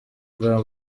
bwa